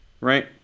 right